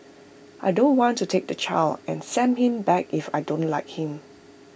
I don't want to take the child and send him back if I don't like him